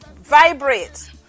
vibrate